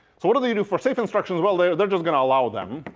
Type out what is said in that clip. so what do they do for safe instructions? well, they're they're just going to allow them.